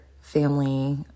family